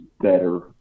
better